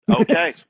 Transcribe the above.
okay